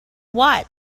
what